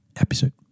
episode